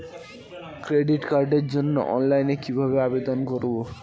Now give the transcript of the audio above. Credit কার্ডের জন্য অনলাইনে কিভাবে আবেদন করব?